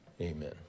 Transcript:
Amen